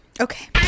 Okay